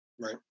Right